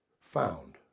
Found